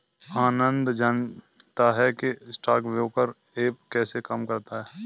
आनंद जानता है कि स्टॉक ब्रोकर ऐप कैसे काम करता है?